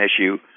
issue